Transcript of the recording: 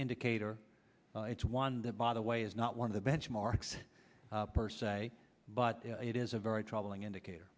indicator it's one that by the way is not one of the benchmarks per se but it is a very troubling indicator